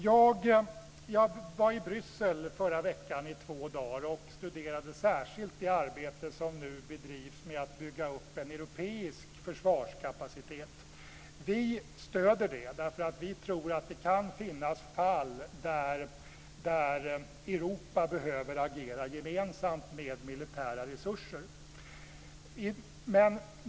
Jag var i förra veckan två dagar i Bryssel och studerade särskilt det arbete som nu bedrivs med att bygga upp en europeisk försvarskapacitet. Vi stöder det, eftersom vi tror att det kan finnas fall där Europa behöver agera gemensamt med militära resurser.